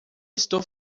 estou